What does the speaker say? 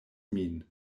min